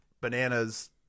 Bananas